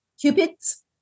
Cupids